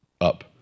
up